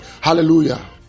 Hallelujah